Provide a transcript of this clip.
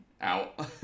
out